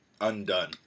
undone